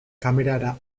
kamerara